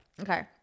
Okay